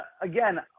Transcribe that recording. again